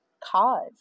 cause